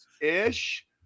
ish